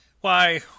Why